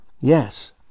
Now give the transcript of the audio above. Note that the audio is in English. Yes